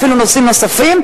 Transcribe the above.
ואפילו נושאים נוספים.